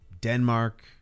denmark